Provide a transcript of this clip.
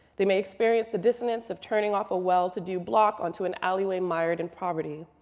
they may experience the dissonance of turning off a well to do block onto an alleyway mired in poverty.